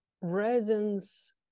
resins